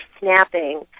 snapping